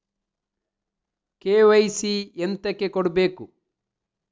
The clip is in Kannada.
ಕೆ.ವೈ.ಸಿ ಎಂತಕೆ ಕೊಡ್ಬೇಕು?